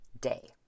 day